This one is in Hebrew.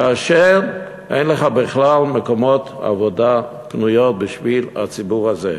כאשר אין לך בכלל מקומות עבודה פנויים בשביל הציבור הזה?